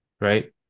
right